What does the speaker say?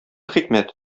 хикмәт